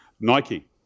Nike